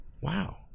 Wow